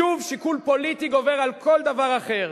שוב, שיקול פוליטי גובר על כל דבר אחר.